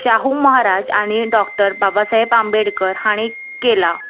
शाहू महाराज आनी डॉक्टर बाबा साहेब आंबेडकर हाणी केला